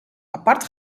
apart